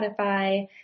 Spotify